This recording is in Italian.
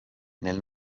nel